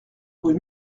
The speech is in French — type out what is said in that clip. rue